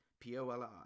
P-O-L-I